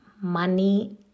money